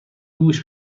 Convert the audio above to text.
گوش